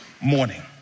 morning